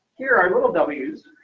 here are little w's,